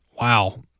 wow